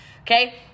Okay